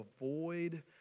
avoid